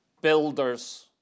Builders